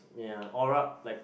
ya aura like